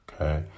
okay